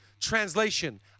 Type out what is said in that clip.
Translation